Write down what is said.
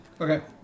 okay